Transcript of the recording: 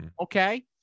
Okay